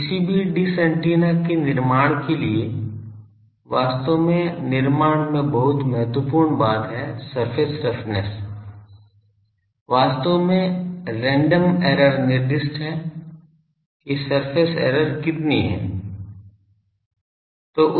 तो किसी भी डिश एंटीना के निर्माण के लिए वास्तव में निर्माण में बहुत महत्वपूर्ण बात है सरफेस रफनेस वास्तव में रैंडम एरर निर्दिष्ट है कि सरफेस एरर कितनी है